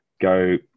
go